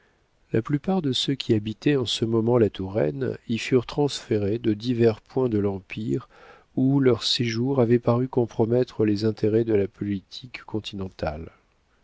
la plupart de ceux qui habitaient en ce moment la touraine y furent transférés de divers points de l'empire où leur séjour avait paru compromettre les intérêts de la politique continentale